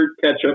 ketchup